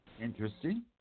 interesting